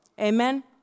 Amen